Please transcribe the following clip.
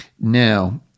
Now